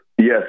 Yes